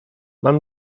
mam